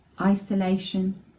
isolation